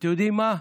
אתם יודעים מה?